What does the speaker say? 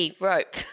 Rope